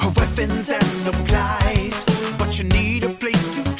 weapons and supplies but you need a place to